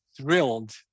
thrilled